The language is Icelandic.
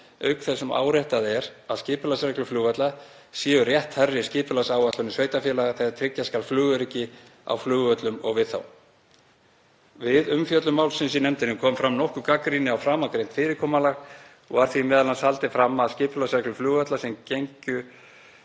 auk þess sem áréttað er að skipulagsreglur flugvalla séu rétthærri skipulagsáætlunum sveitarfélaga þegar tryggja skal flugöryggi á flugvöllum og við þá. Við umfjöllun málsins í nefndinni kom fram nokkur gagnrýni á framangreint fyrirkomulag og var því m.a. haldið fram að skipulagsreglur flugvalla sem gengju